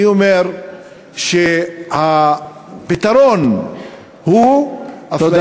אני אומר שהפתרון הוא, תודה.